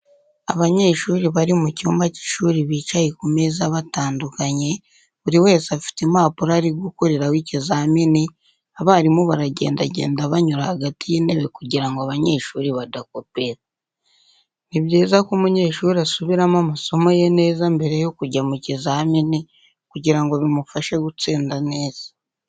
Abanyeshuri bari mu cyumba cy'ishuri bicaye ku meza batandukanye buri wese afite impapuro ari gukoreraho ikizamini abarimu baragendagenda banyura hagati y'itebe kugira ngo abanyeshuri badakopera. Ni byiza ko umunyeshuri asubiramo amasomo ye neza mbere yo kujya mu kizamini kugira ngo bimufashe gutsinda neza.